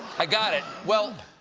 i got it. well,